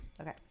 okay